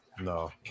No